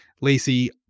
Lacey